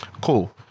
cool